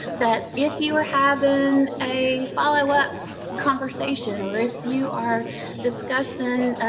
that if you are having a follow-up conversation or if you are discussing